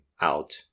out